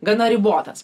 gana ribotas